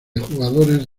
jugadores